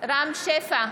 שחאדה,